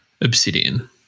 Obsidian